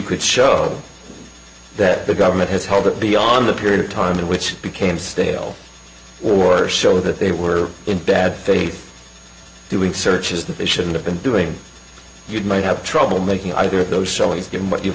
could show that the government has held it beyond the period of time and which became stale or show that they were in bad faith doing searches that they shouldn't have been doing you might have trouble making either of those showings given what you've